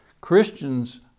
Christians